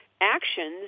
actions